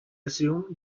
assume